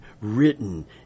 written